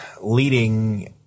leading